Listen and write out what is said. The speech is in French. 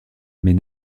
mais